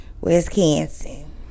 Wisconsin